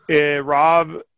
Rob